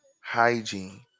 hygiene